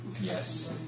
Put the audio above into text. Yes